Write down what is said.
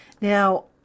Now